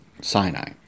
Sinai